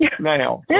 now